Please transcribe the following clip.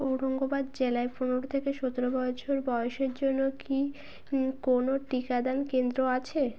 ঔরঙ্গাবাদ জেলায় পনেরো থেকে সতেরো বছর বয়সের জন্য কি কোনও টিকাদান কেন্দ্র আছে